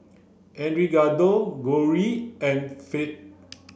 Edgardo Cori and Phil